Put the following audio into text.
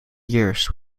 years